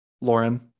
Lauren